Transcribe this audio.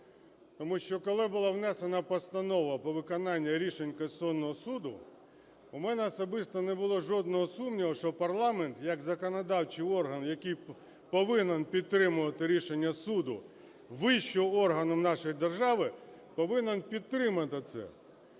Тому що, коли була внесена постанова по виконанню рішень Конституційного Суду, у мене особисто не було жодного сумніву, що парламент як законодавчий орган який повинен підтримувати рішення суду - вищого органу нашої держави, повинен підтримати це.